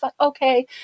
okay